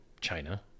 China